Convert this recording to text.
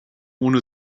ohne